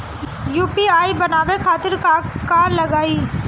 UPI बनावे खातिर का का लगाई?